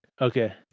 Okay